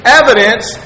evidence